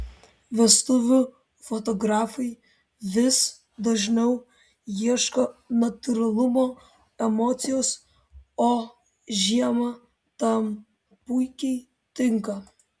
vestuvių fotografai vis dažniau ieško natūralumo emocijos o žiema tam puikiai tinka